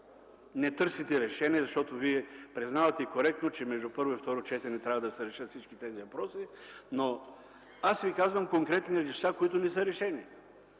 не търсите решение, защото вие признавате коректно, че между първо и второ четене трябва да се решат всички тези въпроси, но аз казвам конкретни неща, които не са решени.